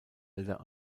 wilder